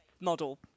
model